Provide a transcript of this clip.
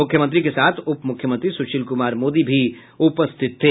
मुख्यमंत्री के साथ उप मुख्यमंत्री सुशील कुमार मोदी भी उपस्थित थे